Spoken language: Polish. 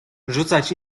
rzucać